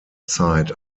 zeit